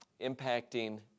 impacting